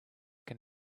can